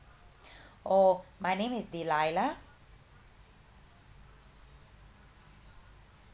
oh my name is delilah